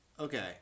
Okay